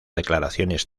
declaraciones